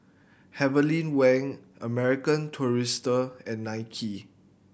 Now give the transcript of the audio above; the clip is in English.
Heavenly Wang American Tourister and Nike